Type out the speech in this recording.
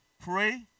Pray